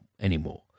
Anymore